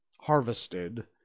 harvested